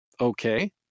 okay